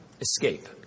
escape